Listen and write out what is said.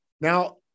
Now